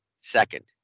second